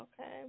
Okay